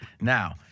Now